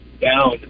down